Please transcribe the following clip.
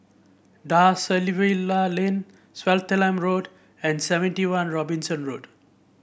Da Silva Lane Swettenham Road and Seventy One Robinson Road